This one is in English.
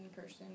person